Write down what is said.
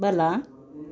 ಬಲ